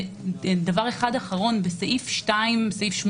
דבר אחרון - בסעיף 2(8)